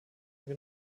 mehr